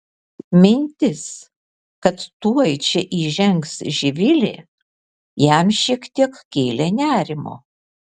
mintis kad tuoj čia įžengs živilė jam šiek tiek kėlė nerimo